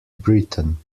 britain